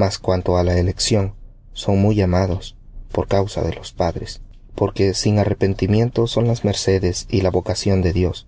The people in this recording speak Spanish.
mas cuanto á la elección son muy amados por causa de los padres porque sin arrepentimiento son las mercedes y la vocación de dios